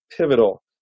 pivotal